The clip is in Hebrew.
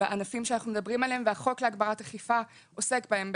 בענפים עליהם אנחנו מדברים והחוק להגברת אכיפה עוסק בהם.